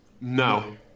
No